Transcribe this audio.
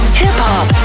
hip-hop